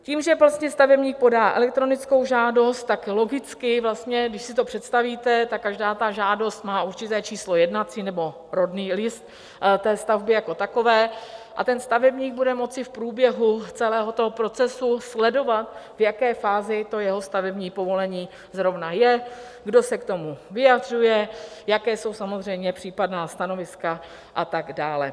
Tím, že vlastně stavebník podá elektronickou žádost, tak logicky, když si to představíte, tak každá ta žádost má určité číslo jednací nebo rodný list stavby jako takové, a stavebník bude moci v průběhu celého procesu sledovat, v jaké fázi to jeho stavební povolení zrovna je, kdo se k tomu vyjadřuje, jaké jsou samozřejmě případná stanoviska atd.